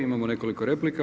Imamo nekoliko replika.